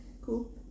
cool